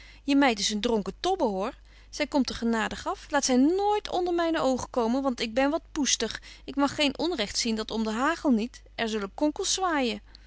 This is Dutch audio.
je meid is een dronken tobbe hoor zy komt er genadig af laat zy nooit onder myne oogen komen want ik ben wat poestig ik mag geen onrecht zien dat om de hagel niet er zullen konkels zwaaijen